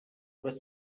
proč